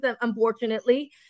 unfortunately